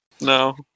No